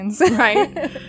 Right